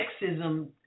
sexism